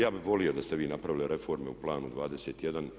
Ja bih volio da ste vi napravili reforme u Planu 21.